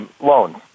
loans